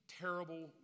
terrible